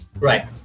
right